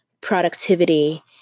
productivity